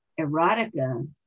erotica